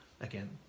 again